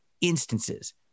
instances